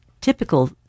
typical